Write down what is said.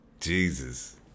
Jesus